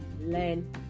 learn